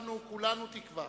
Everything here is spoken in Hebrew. ואנחנו כולנו תקווה